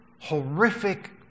horrific